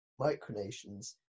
micronations